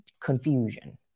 confusion